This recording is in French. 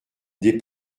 des